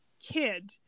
kid